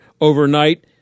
overnight